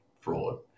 fraud